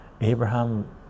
Abraham